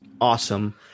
awesome